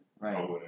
Right